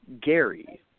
Gary